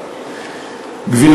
מתנצל.